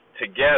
together